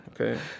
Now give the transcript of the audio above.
okay